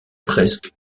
presque